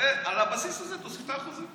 ועל הבסיס הזה תוסיף את האחוזים.